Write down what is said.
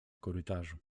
korytarzu